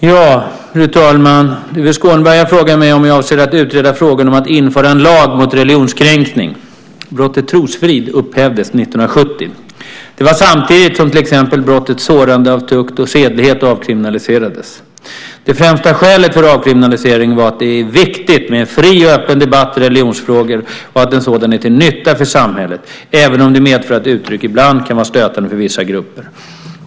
Fru talman! Tuve Skånberg har frågat mig om jag avser att utreda frågan om att införa en lag mot religionskränkning. Brottet trosfrid upphävdes 1970. Det var samtidigt som till exempel brottet sårande av tukt och sedlighet avkriminaliserades. Det främsta skälet för avkriminaliseringen var att det är viktigt med en fri och öppen debatt i religionsfrågor och att en sådan är till nytta för samhället, även om det medför att uttryck ibland kan vara stötande för vissa grupper.